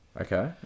Okay